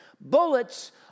Bullets